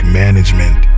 management